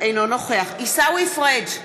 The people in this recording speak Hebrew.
אינו נוכח עיסאווי פריג'